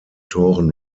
toren